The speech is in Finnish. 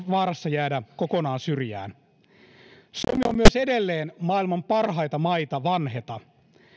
vaarassa jäädä kokonaan syrjään suomi on myös edelleen maailman parhaita maita vanheta